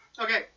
okay